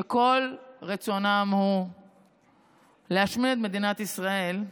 שכל רצונן הוא להשמיד את מדינת ישראל,